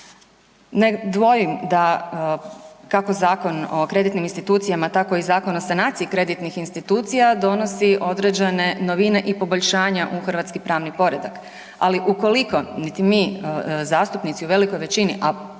Ne dvojim da, kako Zakon o kreditnim institucijama, tako i Zakon o sanaciji kreditnih institucija donosi određene novine i poboljšanja u hrvatski pravni poredak. Ali, ukoliko niti mi zastupnici u velikoj većini, a potom